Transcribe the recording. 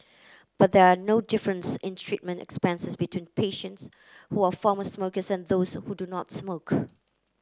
but there no difference in treatment expenses between patients who are former smokers and those who do not smoke